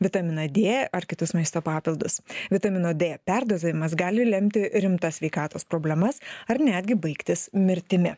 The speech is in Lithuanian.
vitaminą d ar kitus maisto papildus vitamino d perdozavimas gali lemti rimtas sveikatos problemas ar netgi baigtis mirtimi